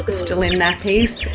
but still in nappies.